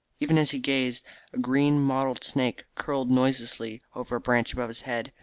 even as he gazed a green mottled snake curled noiselessly over a branch above his head,